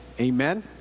Amen